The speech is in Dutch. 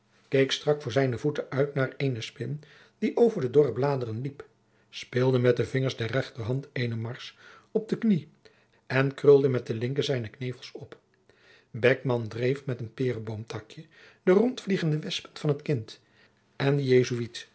keek strak voor zijne voeten uit naar eene spin die over de dorre bladeren liep speelde met de vingers der rechterhand eene marsch op de knie en krulde met de slinke zijne knevels op beckman dreef met een peereboomtakje de rondvliegende wespen van het kind en